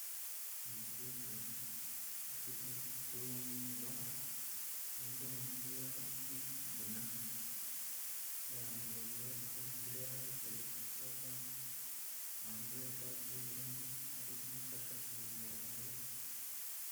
Umukecuru ufite umusatsi w'umweru, wambaye umupira w'ikigina, yarambuye amaboko imbere ye hahagaze umukobwa, wambaye ishati y'ubururu ari kumufasha kunanura amaboko.